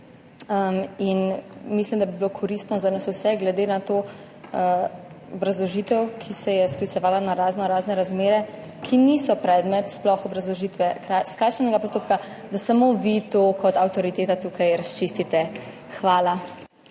Mislim, da bi bilo koristno za nas vse, glede na to obrazložitev, ki se je sklicevala na raznorazne razmere, ki sploh niso predmet obrazložitve skrajšanega postopka, da samo vi to kot avtoriteta tukaj razčistite. Hvala.